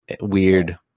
Weird